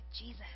Jesus